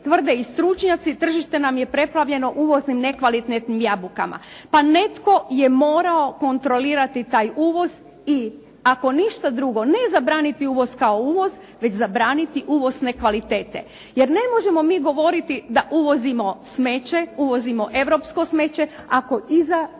tvrde i stručnjaci tržište nam je preplavljeno uvoznim nekvalitetnim jabukama. Pa netko je morao kontrolirati taj uvoz, i ako ništa drugo ne zabraniti uvoz kao uvoz, već zabraniti uvozne kvalitete. Jer ne možemo mi govoriti da uvozimo smeće, uvozimo europsko smeće, ako iza toga ne